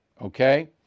okay